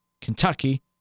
Kentucky